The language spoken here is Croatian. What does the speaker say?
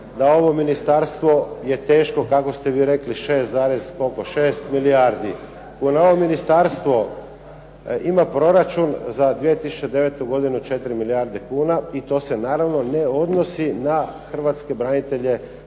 da ovo Ministarstvo je teško kako ste vi rekli 6 milijardi kuna, ovo Ministarstvo ima proračun za 2009. godinu 4 milijarde kune i to se naravno ne odnosi na Hrvatske branitelje